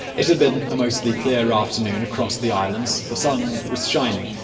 it had been a mostly clear afternoon across the islands. the sun was shining,